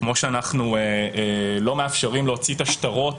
כמו שאנחנו לא מאפשרים להוציא את השטרות